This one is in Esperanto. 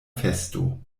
festo